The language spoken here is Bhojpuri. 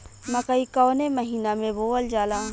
मकई कवने महीना में बोवल जाला?